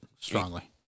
Strongly